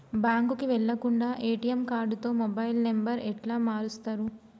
బ్యాంకుకి వెళ్లకుండా ఎ.టి.ఎమ్ కార్డుతో మొబైల్ నంబర్ ఎట్ల మారుస్తరు?